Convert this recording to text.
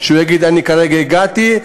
הוא יגיד: אני כרגע הגעתי,